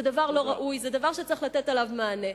זה דבר לא ראוי, זה דבר שצריך לתת עליו מענה.